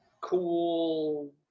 cool